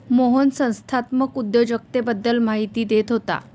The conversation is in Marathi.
मोहन संस्थात्मक उद्योजकतेबद्दल माहिती देत होता